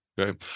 okay